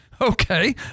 Okay